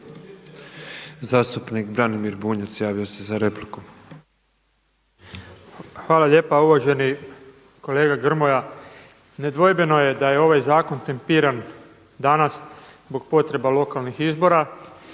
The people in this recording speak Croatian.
Zastupnik Branimir Bunjac javio se za repliku. **Bunjac, Branimir (Živi zid)** Hvala lijepa. Uvaženi kolega Grmoja, nedvojbeno je da je ovaj zakon tempiran danas zbog potreba lokalnih izbora.